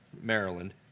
Maryland